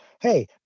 hey